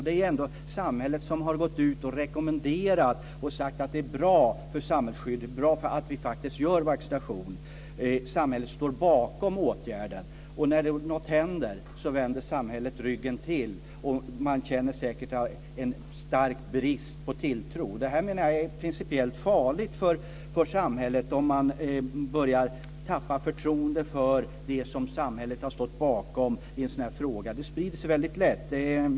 Det är ändå samhället som har gått ut och rekommenderat det här och sagt att det är bra med tanke på samhällsskyddet att vi faktiskt genomför vaccinationer. Samhället står bakom åtgärden, och när något händer vänder samhället ryggen till. Och då känner säkert människor en stark brist på tilltro. Jag menar att det är principiellt farligt för samhället om människor börjar tappa förtroendet för det som samhället har stått bakom i en sådan här fråga. Det sprider sig väldigt lätt.